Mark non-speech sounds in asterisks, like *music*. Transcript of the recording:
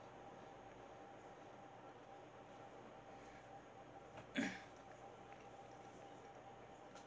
*coughs*